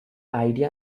idea